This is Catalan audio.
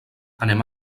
anem